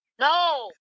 No